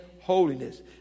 holiness